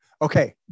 Okay